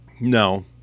No